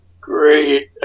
Great